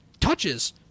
touches